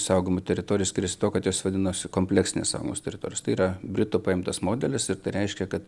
saugomų teritorijų skiriasi tuo kad jos vadinasi kompleksinės saugomos teritorijos tai yra britų paimtas modelis ir tai reiškia kad